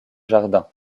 jardin